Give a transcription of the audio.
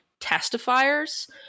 testifiers